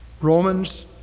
Romans